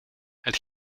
het